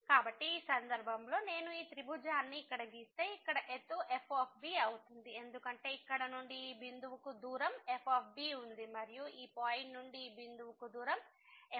కాబట్టి ఈ సందర్భంలో నేను ఈ త్రిభుజాన్ని ఇక్కడ గీస్తే ఇక్కడ ఎత్తు f అవుతుంది ఎందుకంటే ఇక్కడ నుండి ఈ బిందువుకు దూరం f ఉంది మరియు ఈ పాయింట్ నుండి ఈ బిందువుకు దూరం f